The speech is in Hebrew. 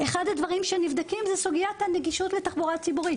אז אחד הדברים שנבדקים זה סוגיית הנגישות לתחבורה ציבורית.